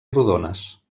rodones